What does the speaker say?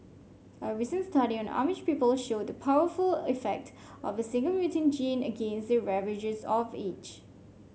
a recent study on Amish people showed the powerful effect of a single mutant gene against the ravages of age